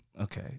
Okay